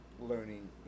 learning